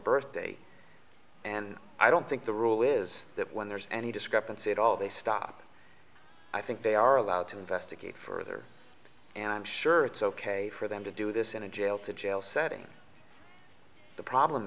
birthday and i don't think the rule is that when there's any discrepancy at all they stop i think they are about to investigate further and i'm sure it's ok for them to do this in a jail to jail setting the problem